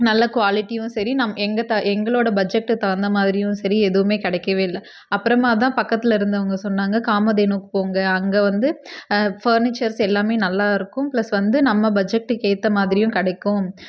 நல்ல குவாலிட்டியும் சரி எங்கள் எங்களோட பட்ஜெட்க்கு தகுந்த மாதிரியும் சரி எதுவுமே கிடைக்கவே இல்லை அப்புறமா தான் பக்கத்தில் இருந்தவங்க சொன்னாங்க காமதேனுவுக்கு போங்க அங்கே வந்து பர்னிச்சர்ஸ் எல்லாமே நல்லா இருக்கும் ப்ளஸ் வந்து நம்ம பட்ஜெட்க்கு ஏற்றமாதிரியும் கிடைக்கும்